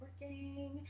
working